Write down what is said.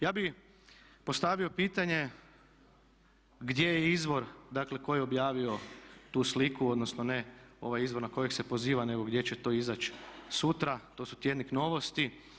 Ja bih postavio pitanje gdje je izbor, dakle tko je objavio tu sliku, odnosno ne ovaj izvor na kojeg se poziva nego gdje će to izaći sutra, to su tjednik Novosti.